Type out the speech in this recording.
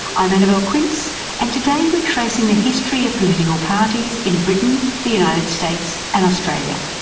i'm annabelle quince and today we are tracing the history of political parties in britain, the united states and australia.